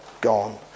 gone